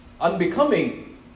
unbecoming